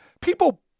People